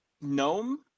gnome